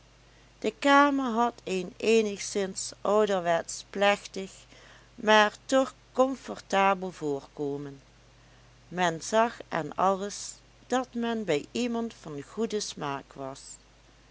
de kamer had een eenigszins ouderwetsch plechtig maar toch comfortable voorkomen men zag aan alles dat men bij iemand van goeden smaak was